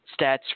stats